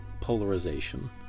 polarization